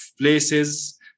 places